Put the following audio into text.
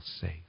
safe